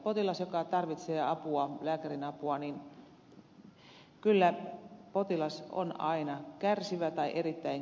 potilas joka tarvitsee apua lääkärin apua on aina kärsivä tai erittäin kärsivä